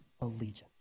allegiance